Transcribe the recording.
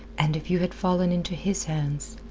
and if you had fallen into his hands.